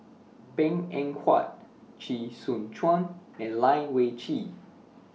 Png Eng Huat Chee Soon Juan and Lai Weijie